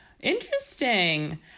Interesting